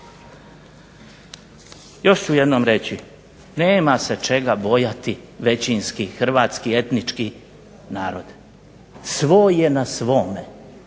Još ću jednom reći nema se čega bojati većinski Hrvatski etnički narod, svoj je na svome